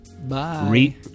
Bye